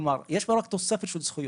כלומר יש פה רק תוספת של זכויות.